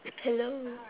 hello